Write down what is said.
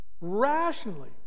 Rationally